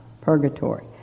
purgatory